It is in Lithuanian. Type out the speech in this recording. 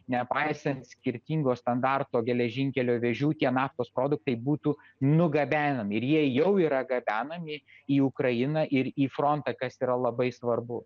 nepaisant skirtingo standarto geležinkelio vėžių tie naftos produktai būtų nugabenami ir jie jau yra gabenami į ukrainą ir į frontą kas yra labai svarbu